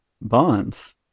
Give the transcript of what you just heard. Bonds